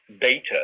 data